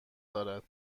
دارد